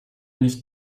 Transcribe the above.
nicht